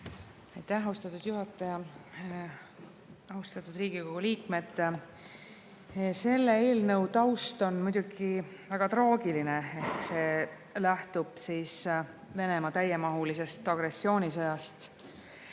Aitäh, austatud juhataja! Austatud Riigikogu liikmed! Selle eelnõu taust on muidugi väga traagiline, see lähtub Venemaa täiemahulisest agressioonisõjast